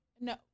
No